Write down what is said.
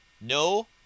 No